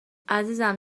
عزیزم